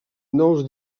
nous